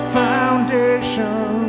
foundation